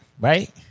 right